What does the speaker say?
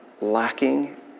lacking